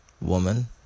woman